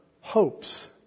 hopes